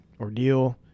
ordeal